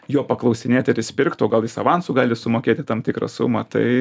jo paklausinėt ar jis pirktų o gal jis avansu gali sumokėti tam tikrą sumą tai